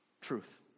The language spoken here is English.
Truth